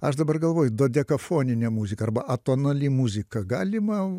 aš dabar galvoju dodekafoninė muzika arba atonali muzika galima